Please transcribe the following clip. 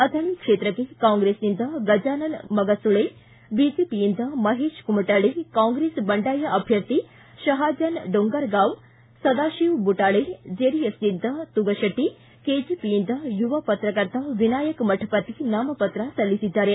ಅಥಣಿ ಕ್ಷೇತ್ರಕ್ಕೆ ಕಾಂಗ್ರೆಸ್ದಿಂದ ಗಜಾನನ ಮಗಸುಳೆ ಬಿಜೆಪಿಯಿಂದ ಮಹೇತ ಕುಮಟಳ್ಳಿ ಕಾಂಗ್ರೆಸ್ ಬಂಡಾಯ ಅಭ್ಯರ್ಥಿ ಶಪಜಾನ್ ಡೊಂಗಾರಗಾವ ಸದಾತಿವ ಬುಟಾಳೆ ಜೆಡಿಎಸ್ದಿಂದ ತುಗಶೆಟ್ಟಿ ಕೆಜೆಒಯಿಂದ ಯುವ ಪತ್ರಕರ್ತ ವಿನಾಯಕ ಮಠಪತಿ ನಾಮಪತ್ರ ಸಲ್ಲಿಸಿದ್ದಾರೆ